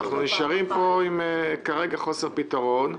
נשארו --- אנחנו נשארים כרגע בחוסר פתרון.